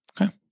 okay